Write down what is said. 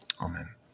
Amen